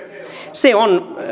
se on